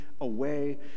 away